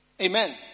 Amen